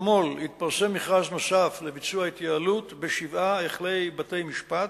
אתמול התפרסם מכרז נוסף לביצוע ההתייעלות בשבעה היכלי בתי-משפט,